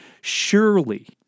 Surely